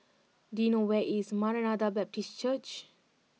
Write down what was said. do you know where is Maranatha Baptist Church